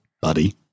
buddy